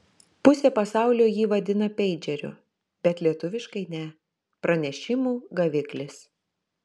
pusė pasaulio jį vadina peidžeriu bet lietuviškai ne pranešimų gaviklis